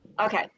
Okay